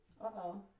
Uh-oh